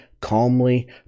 calmly